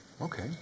Okay